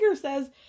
says